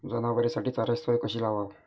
जनावराइसाठी चाऱ्याची सोय कशी लावाव?